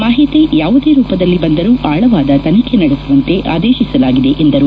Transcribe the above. ಮಾಹಿತಿ ಯಾವುದೇ ರೂಪದಲ್ಲಿ ಬಂದರೂ ಆಳವಾದ ತನಿಖೆ ನಡೆಸುವಂತೆ ಆದೇಶಿಸಲಾಗಿದೆ ಎಂದರು